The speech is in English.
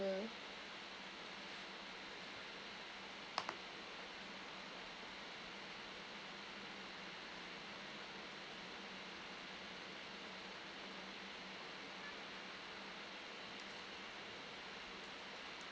mm